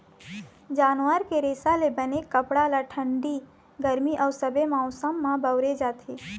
जानवर के रेसा ले बने कपड़ा ल ठंडी, गरमी अउ सबे मउसम म बउरे जाथे